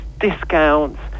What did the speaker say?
discounts